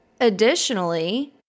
Additionally